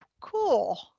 cool